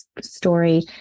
story